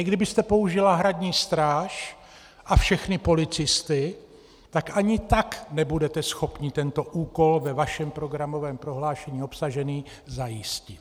I kdybyste použila Hradní stráž a všechny policisty, tak ani tak nebudete schopni tento úkol ve vašem programovém prohlášení obsažený zajistit.